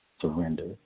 surrender